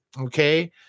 okay